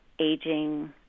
aging